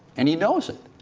and he knows it.